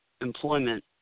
employment